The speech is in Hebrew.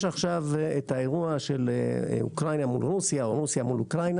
יש עכשיו את האירוע של אוקראינה מול רוסיה או רוסיה מול אוקראינה